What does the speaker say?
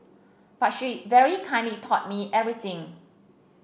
but she very kindly taught me everything